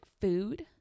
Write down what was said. food